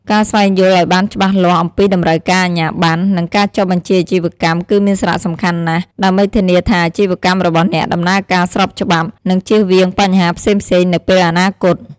ការស្វែងយល់ឱ្យបានច្បាស់លាស់អំពីតម្រូវការអាជ្ញាប័ណ្ណ និងការចុះបញ្ជីអាជីវកម្មគឺមានសារៈសំខាន់ណាស់ ដើម្បីធានាថាអាជីវកម្មរបស់អ្នកដំណើរការស្របច្បាប់ និងជៀសវាងបញ្ហាផ្សេងៗនៅពេលអនាគត។